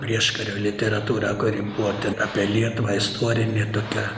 prieškario literatūra kuri buvo ten apie lietuvą istorinė tokia